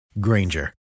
Granger